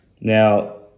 Now